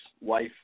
wife